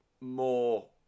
more